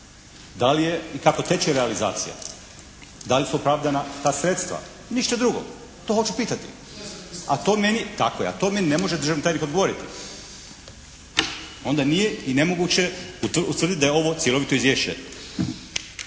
Da li je i kako teče realizacija? Da li su opravdana ta sredstva? Ništa drugo. To hoću pitati. … /Upadica se ne čuje./ … Tako je. A to meni ne može državni tajnik odgovoriti. Onda nije i nemoguće utvrditi da je ovo cjelovito izvješće.